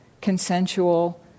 consensual